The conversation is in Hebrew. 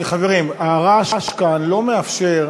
חברים, הרעש כאן לא מאפשר,